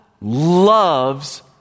loves